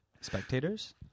Spectators